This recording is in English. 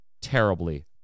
Terribly